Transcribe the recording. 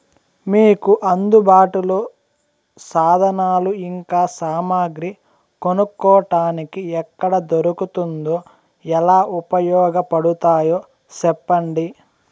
మీకు అందుబాటులో సాధనాలు ఇంకా సామగ్రి కొనుక్కోటానికి ఎక్కడ దొరుకుతుందో ఎలా ఉపయోగపడుతాయో సెప్పండి?